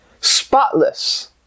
spotless